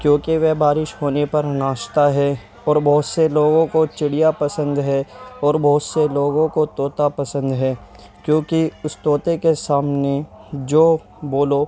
کیونکہ وہ بارش ہونے پر ناچتا ہے اور بہت سے لوگوں کو چڑیا پسند ہے اور بہت سے لوگوں کو طوطا پسند ہے کیونکہ اس طوطے کے سامنے جو بولو